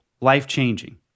life-changing